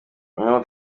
n’ubu